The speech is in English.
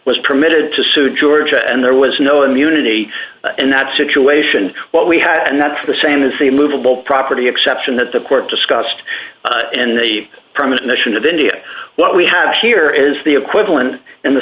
was permitted to sue georgia and there was no immunity in that situation what we had and that's the same as the movable property exception that the court discussed in the permanent mission of india what we have here is the equivalent in the